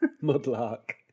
Mudlark